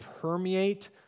permeate